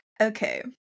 Okay